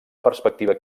perspectiva